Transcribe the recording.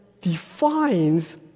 defines